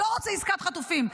שלא רוצה עסקת חטופים.